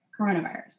coronavirus